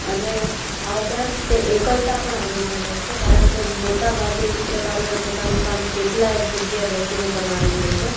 અને આ ઉપરાંત તે એકલતા પણ અનુભવે છે કારણકે મોટાભાગે ચિત્રકારોને પોતાનું કામ એકલા એક જગ્યાએ બેસીને કરવાનું હોય છે